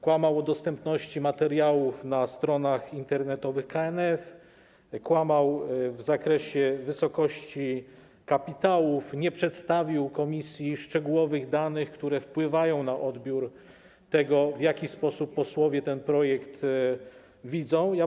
Kłamał na temat dostępności materiałów na stronach internetowych KNF, kłamał w zakresie wysokości kapitałów, nie przedstawił komisji szczegółowych danych, które wpływają na odbiór tego, w jaki sposób posłowie ten projekt postrzegają.